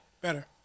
better